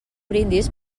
brindis